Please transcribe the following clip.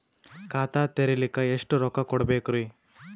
ಖಾತಾ ತೆರಿಲಿಕ ಎಷ್ಟು ರೊಕ್ಕಕೊಡ್ಬೇಕುರೀ?